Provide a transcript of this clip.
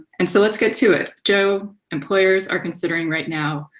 and so let's get to it. joe, employers are considering, right now,